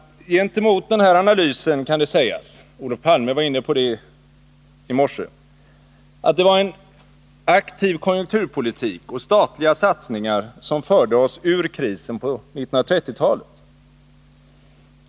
Gentemot den här analysen kan det sägas — Olof Palme var inne på det i morse — att det var en aktiv konjunkturpolitik och statliga satsningar som förde oss ur krisen på 1930-talet.